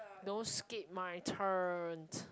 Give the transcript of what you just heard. don't skip my turn